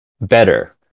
better